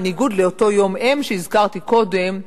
בניגוד לאותו יום אם שהזכרתי קודם,